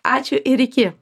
ačiū ir iki